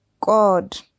God